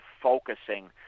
focusing